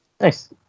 Nice